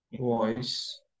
voice